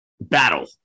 battle